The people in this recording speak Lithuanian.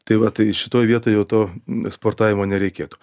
tai va tai šitoj vietoj jau to sportavimo nereikėtų